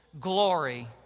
glory